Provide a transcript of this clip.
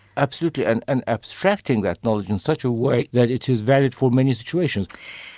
absolutely and and abstracting that knowledge in such a way that it is varied for many situations.